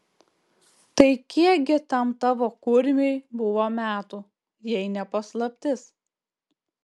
tai kiek gi tam tavo kurmiui buvo metų jei ne paslaptis